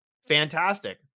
Fantastic